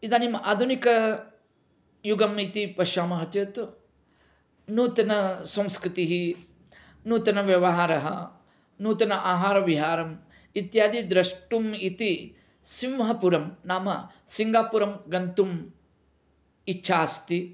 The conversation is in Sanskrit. इदानीम् आधुनिकयुगम् इति पश्यामः चेत् नूतनसंस्कृतिः नूतनव्यवहारः नूतनआहारविहारम् इत्यादि द्रष्टुम् इति सिंहपुरं नाम सिङ्गापुरं गन्तुम् इच्छा अस्ति